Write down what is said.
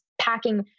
packing